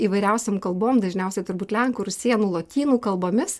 įvairiausiom kalbom dažniausiai turbūt lenkų rusėnų lotynų kalbomis